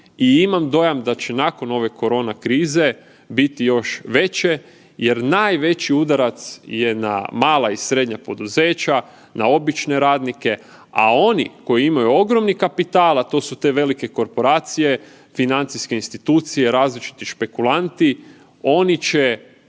i imam dojam da će nakon ove korona krize biti još veće jer najveći udarac je na mala i srednja poduzeća, na obične radnike, a oni koji imaju ogromni kapital, a to su te velike korporacije, financijske institucije, različiti špekulanti, oni će